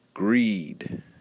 Greed